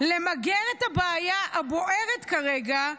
למגר את הבעיה הבוערת כרגע,